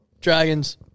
Dragons